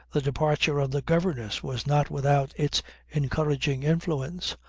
the departure of the governess was not without its encouraging influence.